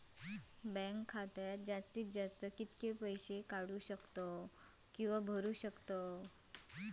Bank खात्यात जास्तीत जास्त कितके पैसे काढू किव्हा भरू शकतो?